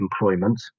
employment